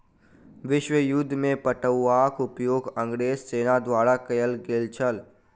विश्व युद्ध में पटुआक उपयोग अंग्रेज सेना द्वारा कयल गेल छल